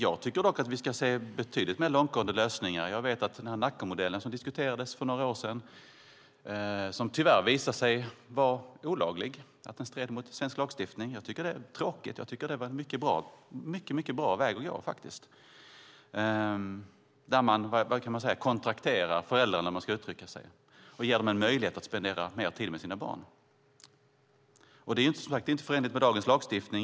Jag tycker dock att vi ska se betydligt mer långtgående lösningar. För några år sedan diskuterades Nackamodellen som tyvärr visade sig vara olaglig, visade sig strida mot svensk lagstiftning. Det är tråkigt, för jag tycker att den modellen var en mycket bra väg att gå. Man kontrakterade föräldrarna - eller hur det nu ska uttryckas - och gav dem möjlighet att spendera mer tid med sina barn. Modellen är, som sagt, inte förenlig med dagens lagstiftning.